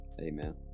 amen